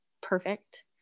perfect